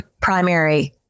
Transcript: primary